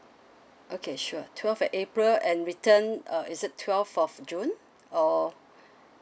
okay sure twelve at april and return uh is it twelve of june or